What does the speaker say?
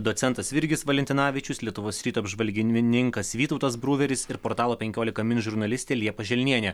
docentas virgis valentinavičius lietuvos ryto apžvalginininkas vytautas bruveris ir portalo penkiolika min žurnalistė liepa želnienė